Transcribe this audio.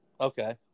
Okay